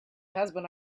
husband